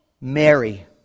Mary